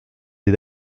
des